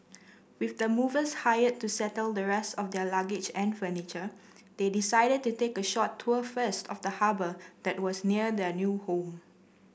with the movers hired to settle the rest of their luggage and furniture they decided to take a short tour first of the harbour that was near their new home